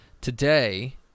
Today